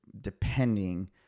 depending